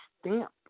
stamp